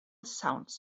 sounds